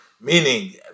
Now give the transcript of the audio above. meaning